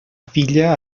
filla